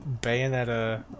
Bayonetta